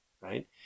right